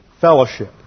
fellowship